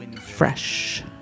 Fresh